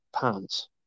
pants